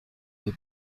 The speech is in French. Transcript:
les